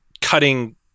cutting